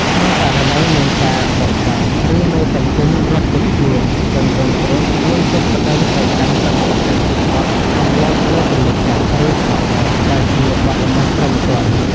ក្នុងករណីមានការបោកប្រាស់ ឬមេតុងទីនរត់គេចខ្លួន ជនរងគ្រោះមានសិទ្ធិប្ដឹងទៅកាន់សមត្ថកិច្ចពីបទ "រំលោភលើទំនុកចិត្ត" ឬ "ឆបោក" ដែលជាបទល្មើសព្រហ្មទណ្ឌ។